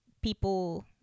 people